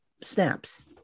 snaps